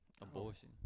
Abortion